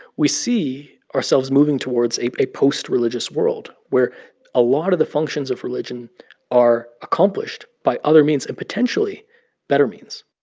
we see ourselves moving towards a a post-religious world where a lot of the functions of religion are accomplished by other means and potentially better means